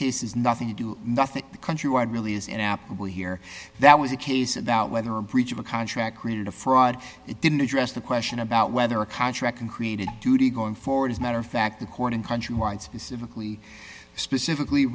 case is nothing to do nothing countrywide really is an apple here that was a case about whether a breach of a contract created a fraud it didn't address the question about whether a contract can create a duty going forward as a matter of fact according countrywide specifically specifically